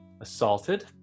assaulted